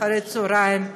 אחר הצהריים.